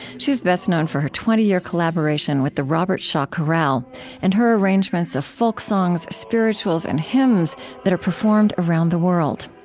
she's best known for her twenty year collaboration with the robert shaw chorale and her arrangements of folksongs, spirituals, and hymns that are performed around the world.